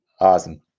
Awesome